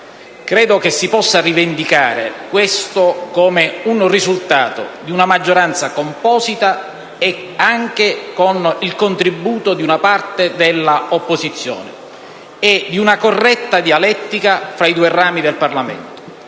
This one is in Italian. Credo che questo si possa rivendicare come un risultato di una maggioranza composita (anche con il contributo di una parte della opposizione) e di una corretta dialettica fra i due rami del Parlamento.